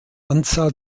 anzahl